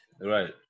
Right